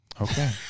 Okay